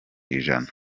ijana